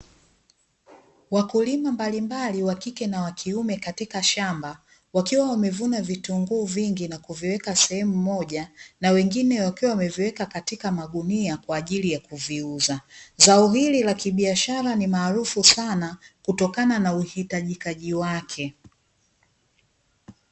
Wakulima mbalimbali, (wa kike na wa kiume) katika shamba, wakiwa wamevuna vitunguu vingi na kuviweka sehemu moja, na wengine wakiwa wameviweka katika magunia kwa ajili ya kuviuza. Zao hili la kibiashara ni maarufu sana, kutokana na uhitajikaji wake.